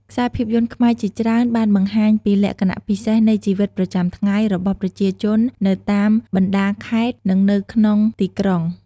ខ្សែភាពយន្តខ្មែរជាច្រើនបានបង្ហាញពីលក្ខណៈពិសេសនៃជីវិតប្រចាំថ្ងៃរបស់ប្រជាជននៅតាមបណ្ដាខេត្តនឹងនៅក្នុងទីក្រុង ។